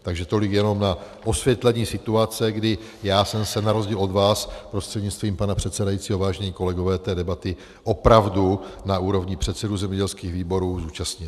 Takže tolik jenom na osvětlení situace, kdy já jsem se na rozdíl od vás, prostřednictvím pana předsedajícího vážení kolegové, té debaty opravdu na úrovni předsedů zemědělských výborů zúčastnil.